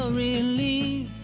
relief